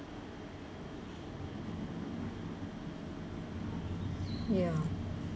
ya